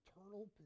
eternal